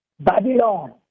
Babylon